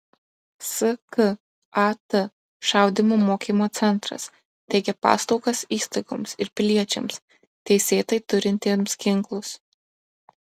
skat šaudymo mokymo centras teikia paslaugas įstaigoms ir piliečiams teisėtai turintiems ginklus